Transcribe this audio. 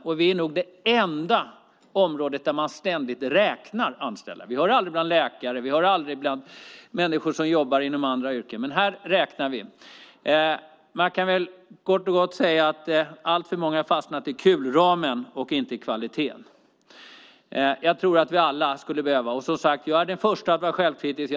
Det är nog det enda område där vi ständigt räknar antalet anställda. Det gör vi aldrig i fråga om läkare, aldrig om människor som jobbar inom andra yrken. Men här räknar vi. Man kan kort och gott säga att alltför många har fastnat i kulramen och inte i kvaliteten. Jag tror att vi alla skulle behöva vara självkritiska, och jag är den första att vara självkritisk.